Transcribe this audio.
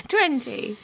Twenty